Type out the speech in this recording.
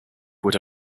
would